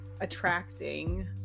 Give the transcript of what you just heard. attracting